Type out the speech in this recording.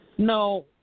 No